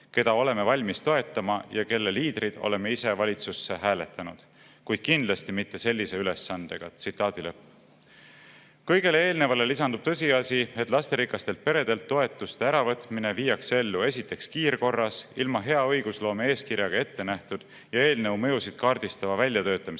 keda oleme valmis toetama ja kelle liidrid oleme ise valitsusse hääletanud, kuid kindlasti mitte sellise ülesandega." Kõigele eelnevale lisandub tõsiasi, et lasterikastelt peredelt toetuste äravõtmine viiakse ellu, esiteks, kiirkorras, ilma hea õigusloome eeskirjaga ette nähtud ja eelnõu mõjusid kaardistava väljatöötamiskavatsuseta,